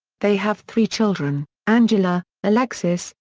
they have three children angela, alexis,